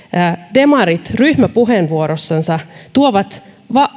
demarit ryhmäpuheenvuorossansa tuovat